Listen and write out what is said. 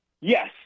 yes